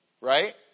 right